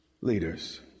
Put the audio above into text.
leaders